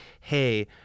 hey